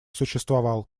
существовал